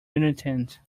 irritant